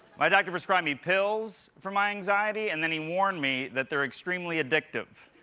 my doctor prescribed me pills for my anxiety, and then he warned me that they're extremely addictive.